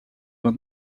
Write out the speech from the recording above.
van